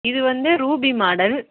இது வந்து ruby model